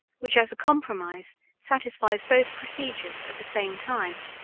which as a compromise satisfies both procedures at the same time.